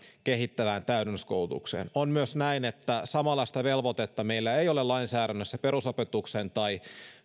kehittävään täydennyskoulutukseen on myös näin että samanlaista velvoitetta meillä ei ole lainsäädännössä perusopetuksen tai